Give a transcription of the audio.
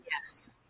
Yes